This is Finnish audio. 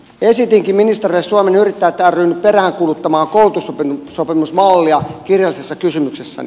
esitinkin ministerille suomen yrittäjät ryn peräänkuuluttamaa koulutussopimusmallia kirjallisessa kysymyksessäni